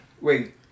Wait